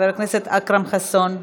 חבר הכנסת אכרם חסון,